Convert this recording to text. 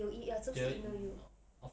they will e~ us or email you